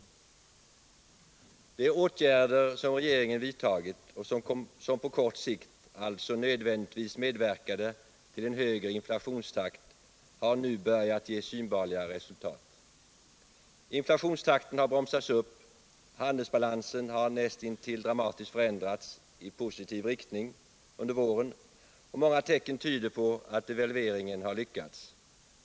De åtgärder som regeringen vidtog och som på kort sikt alltså nödvändigtvis medverkade till en högre inflationstakt-har nu börjat ge synbarliga resultat. Inflationstakten har bromsats upp, handelsbalansen har under våren nästintill dramatiskt förändrats i positiv riktning. Många tecken tyder på att devalveringen har lyckats.